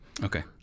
Okay